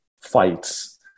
fights